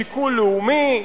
שיקול לאומי,